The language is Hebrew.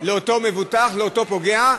לאותו מבוטח, לאותו פוגע,